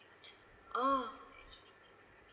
oh